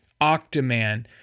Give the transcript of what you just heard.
Octoman